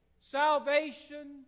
Salvation